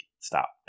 stop